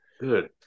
Good